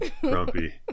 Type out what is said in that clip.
grumpy